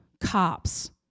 cops